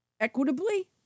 equitably